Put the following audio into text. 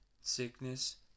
sickness